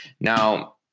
now